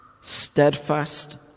steadfast